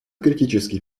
критический